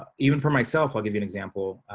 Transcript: even for myself. i'll give you an example.